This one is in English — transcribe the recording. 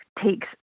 takes